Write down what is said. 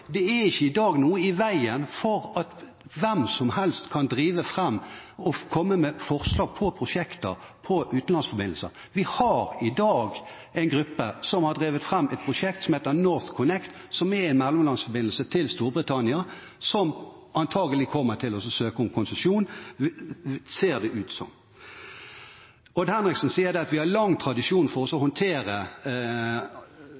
hvem som helst kan drive fram og komme med forslag om prosjekter for utenlandsforbindelser. Vi har i dag en gruppe som har drevet fram et prosjekt som heter NorthConnect, som er en mellomlandsforbindelse til Storbritannia, og som antakelig kommer til å søke om konsesjon – ser det ut som. Odd Henriksen sier at vi har lang tradisjon med å håndtere alle de problemstillingene vi tar opp om utenlandsforbindelsene. Ja, vi har lang tradisjon for å